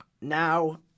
Now